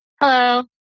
Hello